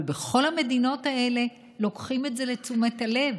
אבל בכל המדינות האלה לוקחים את זה לתשומת הלב,